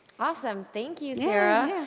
awesome. thank you, sarah.